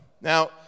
Now